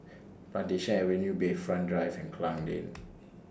Plantation Avenue Bayfront Drive and Klang Lane